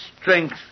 strength